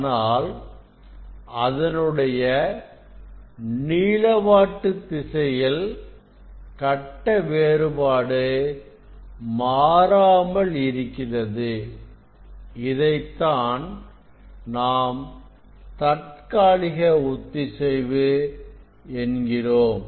ஆனால் அதனுடைய நீளவாட்டு திசையில் கட்ட வேறுபாடு மாறாமல் இருக்கிறது இதைத்தான் நாம் தற்காலிக ஒத்திசைவு என்கிறோம்